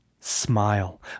smile